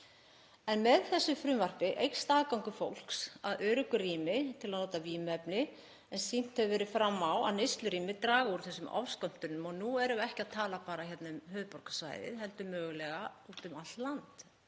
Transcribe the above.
Með þessu frumvarpi eykst aðgangur fólks að öruggu rými til að nota vímuefni en sýnt hefur verið fram á að neyslurými draga úr ofskömmtunum. Og nú erum við ekki að tala bara um höfuðborgarsvæðið heldur mögulega úti um allt land